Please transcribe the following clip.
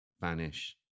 vanish